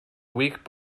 week